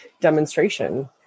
demonstration